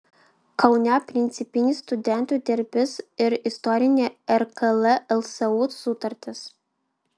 kaune principinis studentų derbis ir istorinė rkl lsu sutartis